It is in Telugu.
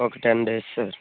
ఒక టెన్ డేస్ సార్